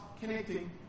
connecting